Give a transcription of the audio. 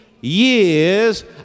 years